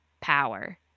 power